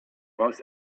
was